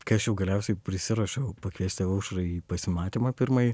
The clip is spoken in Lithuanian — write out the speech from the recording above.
kai aš jau galiausiai prisiruošiau pakviesti aušrą į pasimatymą pirmąjį